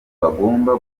bagomba